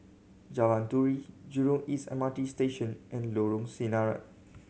Jalan Turi Jurong East M R T Station and Lorong Sinaran